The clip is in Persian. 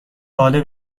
باله